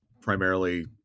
Primarily